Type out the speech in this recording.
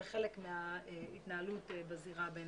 תהיה חלק מההתנהלות בזירה הבין-לאומית.